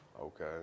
Okay